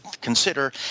consider